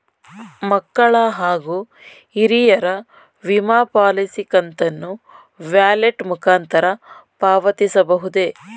ಮಕ್ಕಳ ಹಾಗೂ ಹಿರಿಯರ ವಿಮಾ ಪಾಲಿಸಿ ಕಂತನ್ನು ವ್ಯಾಲೆಟ್ ಮುಖಾಂತರ ಪಾವತಿಸಬಹುದೇ?